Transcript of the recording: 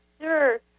Sure